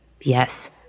yes